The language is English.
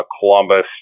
Columbus